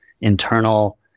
internal